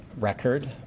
record